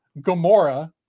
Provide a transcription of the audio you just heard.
Gamora